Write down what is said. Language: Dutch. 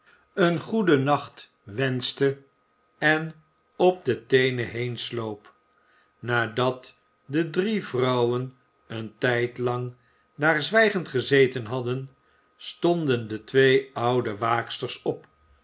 een goeden nacht wenschte en op de teenen heensloop nadat de drie vrouwen een tijdlang daar zwijgend gezeten hadden stonden de twee oude waaksters op